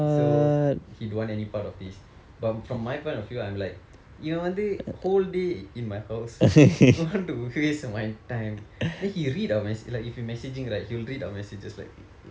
so he don't want any part of this but from my point of view I'm like இவன் வந்து:ivan vandthu whole day in my house want to waste my time then he read our message like if you messaging right he will read my messages like